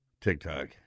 TikTok